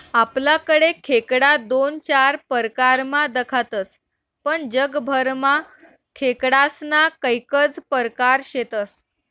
आपलाकडे खेकडा दोन चार परकारमा दखातस पण जगभरमा खेकडास्ना कैकज परकार शेतस